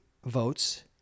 Votes